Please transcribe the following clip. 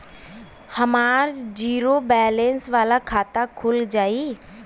हमार zero balance वाला खाता खुल जाई?